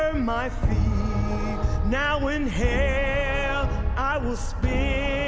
um my feet now in hell i will spend